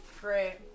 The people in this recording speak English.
Great